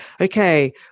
okay